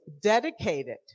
dedicated